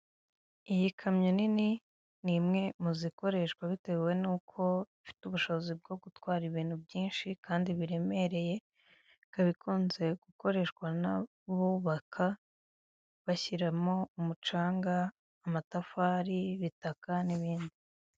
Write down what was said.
Ahangaha biragaragara ko ushobora gutunga apurikasiyo ya ekwiti banki muri telefoni, maze ukajya uyifashisha mu bikorwa ushaka gukoresha konti yawe haba kohereza amafaranga, kubitsa, kubikuza n'ibindi.